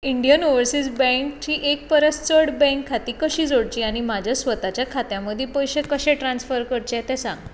Indian overseas बँकेचीं एक परस चड बँक खातीं कशीं जोडचीं आनी म्हज्या स्वताच्या खात्यां मदीं पयशे कशे ट्रान्स्फर करचे तें सांग